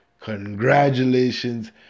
Congratulations